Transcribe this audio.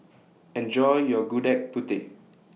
Enjoy your Gudeg Putih